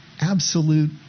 absolute